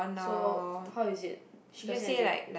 so how is it stressing anything